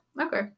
Okay